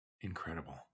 Incredible